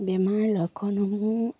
বেমাৰৰ লক্ষণসমূহ